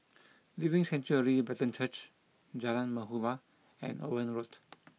Living Sanctuary Brethren Church Jalan Muhibbah and Owen Road